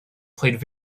played